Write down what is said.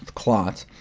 clots,